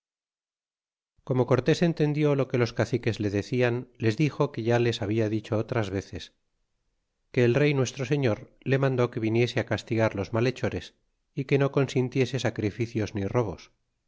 como cortés entendió lo que los caciques le decian les dixo que ya les habla dicho otras veces que el rey nuestro señor le mandó que viniese á castigar los malhechores fi que no consintiese sacrificios ni robos